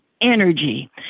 energy